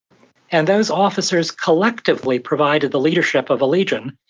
and those officers collectively provided the leadership of a legion.